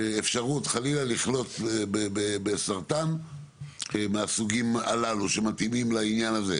אפשרות חלילה לחלות בסרטן מהסוגים הללו שמתאימים לעניין הזה?